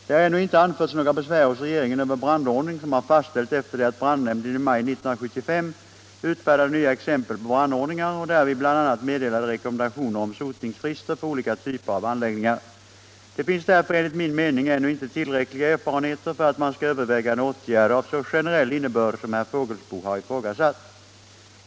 Det har ännu inte anförts några besvär hos regeringen över brandordning som har fastställts efter det att brandnämnden i maj 1975 utfärdade nya exempel på brandordningar och därvid bl.a. meddelade rekommendationer om sotningsfrister för olika typer av anläggningar. Det finns därför enligt min mening ännu inte tillräckliga erfarenheter för att man skall överväga en åtgärd av så generell innebörd som herr Fågelsbo har ifrågasatt.